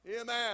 Amen